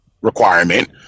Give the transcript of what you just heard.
requirement